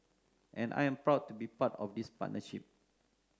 and I am proud to be part of this partnership